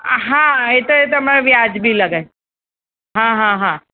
હા એ તો એ તમારે વ્યાજબી લગાવી હા હા હા